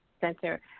center